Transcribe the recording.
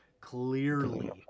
clearly